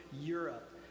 Europe